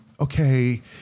Okay